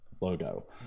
logo